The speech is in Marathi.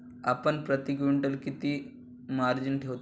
आपण प्रती क्विंटल किती मार्जिन ठेवता?